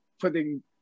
putting